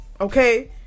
okay